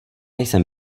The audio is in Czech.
jsem